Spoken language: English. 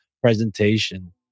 presentation